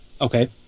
Okay